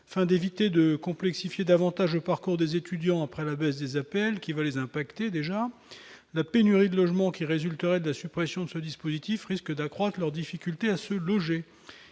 afin d'éviter de complexifier davantage parcourt des étudiants après la baisse des APL qui va les impacts et déjà la pénurie de logements qui résulterait de la suppression de ce dispositif risque d'accroître leurs difficultés à se loger,